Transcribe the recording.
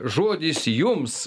žodis jums